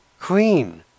queen